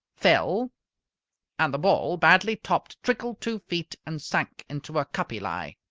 fell and the ball, badly topped, trickled two feet and sank into a cuppy lie.